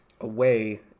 away